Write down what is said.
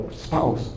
spouse